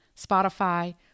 Spotify